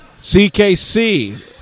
CKC